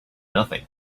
nothing